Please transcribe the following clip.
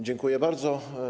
Dziękuję bardzo.